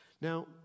Now